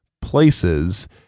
places